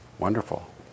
Wonderful